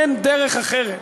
אין דרך אחרת.